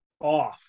off